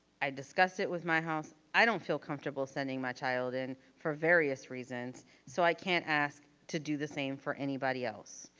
i discussed it with my house. i don't feel comfortable sending my child in, for various reasons. so i can't ask to do the same for anybody else.